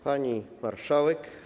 Pani Marszałek!